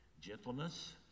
gentleness